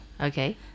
Okay